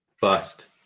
Bust